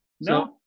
No